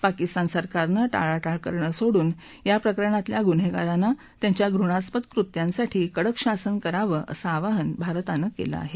पाकिस्तान सरकारनं ळाळ करणं सोडून या प्रकरणातल्या गुन्हेगारांना त्यांच्या घृणास्पद कृत्यांसाठी कडक शासन करावं असं आवाहन भारतानं केलं आहे